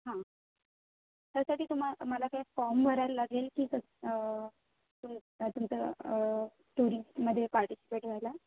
हां त्यासाठी तुमा मला काय फॉर्म भरायला लागेल की कसं तुम तुमचं टुरिस्टमध्ये पार्टिसिपेट व्हायला